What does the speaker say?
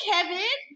Kevin